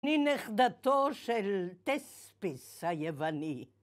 היא נכדתו של טספיס היווני